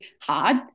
hard